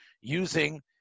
using